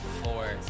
four